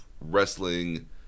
wrestling